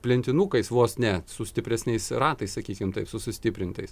plentinukais vos ne su stipresniais ratais sakykim taip su sustiprintais